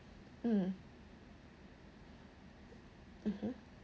mm mmhmm